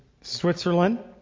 Switzerland